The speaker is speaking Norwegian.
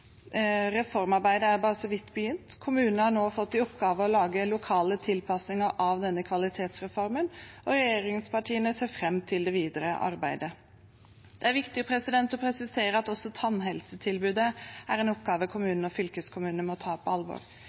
Reformarbeidet er bare så vidt begynt. Kommunene har nå fått i oppgave å lage lokale tilpasninger av denne kvalitetsreformen, og regjeringspartiene ser fram til det videre arbeidet. Det er viktig å presisere at også tannhelsetilbudet er en oppgave kommunene og fylkeskommunene må ta på alvor.